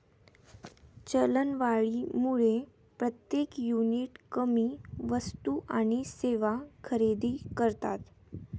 चलनवाढीमुळे प्रत्येक युनिट कमी वस्तू आणि सेवा खरेदी करतात